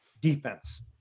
defense